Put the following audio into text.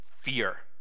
fear